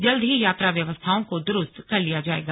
जल्द ही यात्रा व्यवस्थाओं को दुरुस्त कर लिया जाएगा